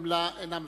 הם אינם מבקשים,